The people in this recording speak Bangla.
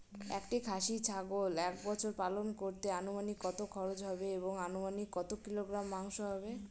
একটি খাসি ছাগল এক বছর পালন করতে অনুমানিক কত খরচ হবে এবং অনুমানিক কত কিলোগ্রাম মাংস হবে?